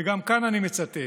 וגם כאן אני מצטט: